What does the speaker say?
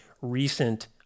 recent